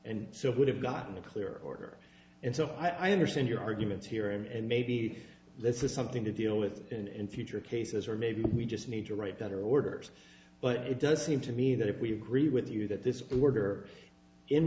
and so it would have gotten a clearer order and so i understand your arguments here and maybe this is something to deal with in future cases or maybe we just need to write down her orders but it does seem to me that if we agree with you that this order in